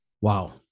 Wow